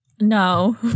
no